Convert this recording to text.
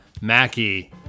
Mackey